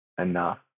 enough